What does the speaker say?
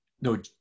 no